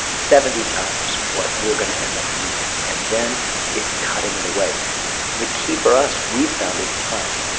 seventy times what we're going to end up using. and then it's cutting it away the key for us, we've found, is time.